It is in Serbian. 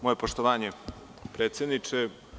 Moje poštovanje, predsedniče.